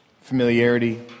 familiarity